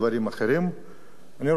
אני רוצה לדבר על אבי דיכטר.